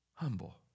Humble